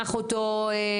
נפענח אותו לעומקו.